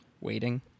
Waiting